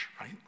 right